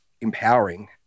empowering